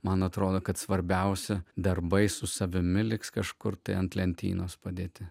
man atrodo kad svarbiausi darbai su savimi liks kažkur tai ant lentynos padėti